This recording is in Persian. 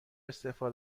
استعفا